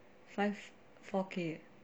five four k